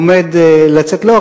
עומד לצאת לאור.